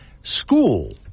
School